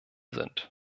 sind